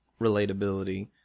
relatability